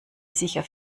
sicher